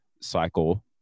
cycle